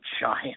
giant